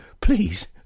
please